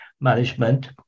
management